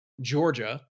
Georgia